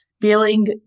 feeling